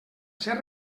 ser